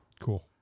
cool